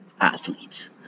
athletes